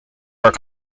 are